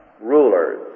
rulers